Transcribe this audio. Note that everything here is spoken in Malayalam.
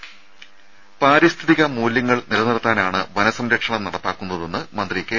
ദരദ പാരിസ്ഥിതിക മൂല്യങ്ങൾ നിലനിർത്താനാണ് വനസംരക്ഷണം നടപ്പാക്കുന്നതെന്ന് മന്ത്രി കെ